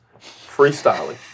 freestyling